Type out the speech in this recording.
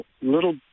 little